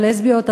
הלסביות,